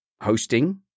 hosting